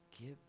Give